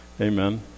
Amen